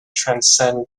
transcend